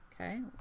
okay